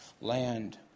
land